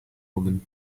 woman